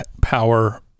power